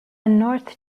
north